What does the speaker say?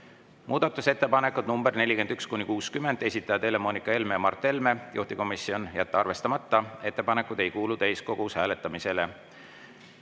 Muudatusettepanekud nr 41–60, esitajad Helle-Moonika Helme ja Mart Helme. Juhtivkomisjon: jätta arvestamata. Ettepanekud ei kuulu täiskogus hääletamisele.